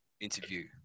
interview